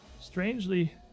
strangely